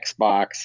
Xbox